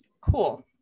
cool